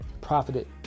profited